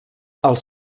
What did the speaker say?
els